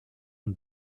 und